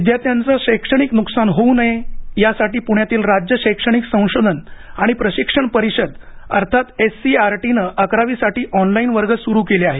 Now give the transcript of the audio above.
विद्यार्थ्यांचं शैक्षणिक नुकसान होऊ नये यासाठी पुण्यातील राज्य शैक्षणिक संशोधन आणि प्रशिक्षण परिषद अर्थात एससीईआरटीनं अकरावी साठी ऑनलाइन वर्ग सुरू केले आहेत